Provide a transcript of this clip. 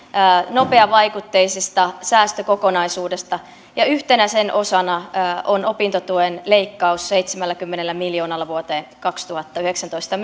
nopeavaikutteisesta säästökokonaisuudesta yhtenä sen osana on opintotuen leikkaus seitsemälläkymmenellä miljoonalla vuoteen kaksituhattayhdeksäntoista